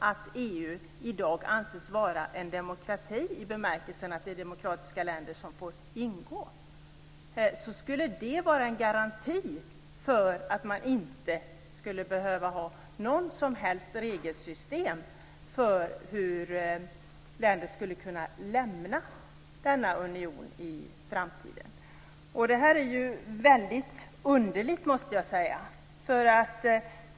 Att EU i dag anses vara en demokrati i den bemärkelsen att det är demokratiska länder som får ingå skulle vara en garanti för att man inte behöver ha något som helst regelsystem för hur länder skall kunna lämna denna union i framtiden. Det är väldigt underligt, måste jag säga.